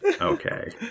Okay